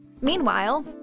Meanwhile